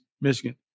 Michigan